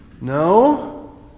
No